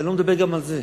אבל אני לא מדבר גם על זה.